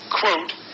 quote